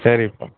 சரிப்பா